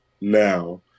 now